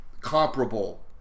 comparable